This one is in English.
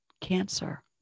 cancer